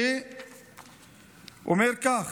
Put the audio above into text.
שאומר כך: